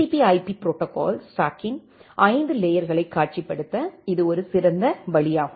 B TCPIP protocols ஸ்டாக்கின் 5 லேயர்களை காட்சிப்படுத்த இது ஒரு சிறந்த வழியாகும்